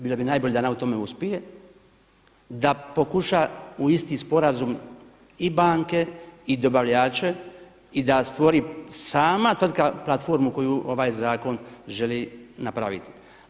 Bilo bi najbolje da ona u tome uspije, da pokuša u isti sporazum i banke i dobavljače i da stvori sama tvrtka platformu koju ovaj zakon želi napraviti.